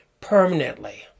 permanently